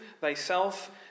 thyself